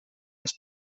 ens